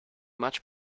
much